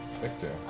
Victor